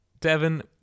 Devon